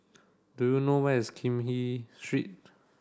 do you know where is Kim He Street